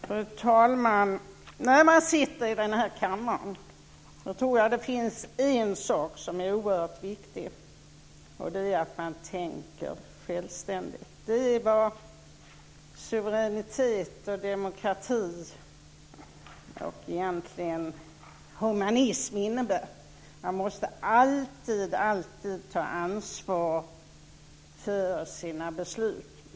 Fru talman! När man sitter i denna kammare finns det en sak som är oerhört viktig. Det är att man tänker självständigt. Det är vad suveränitet, demokrati och humanism innebär. Man måste alltid ta ansvar för sina beslut.